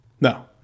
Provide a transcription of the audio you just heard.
No